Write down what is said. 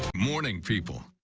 morning people.